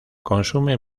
consume